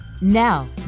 Now